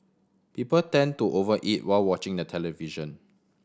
people tend to over eat while watching the television